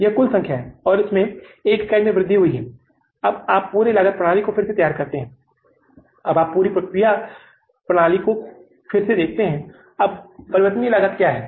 यह 30001 है यह कुल संख्या है और इस इकाई में 1 की वृद्धि हुई है अब आप पूरे लागत प्रणाली को फिर से तैयार करते हैं अब आप पूरी प्रक्रिया प्रणाली को कसरत कर रहे हैं अब परिवर्तनीय लागत क्या है